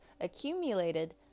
accumulated